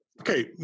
Okay